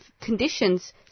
conditions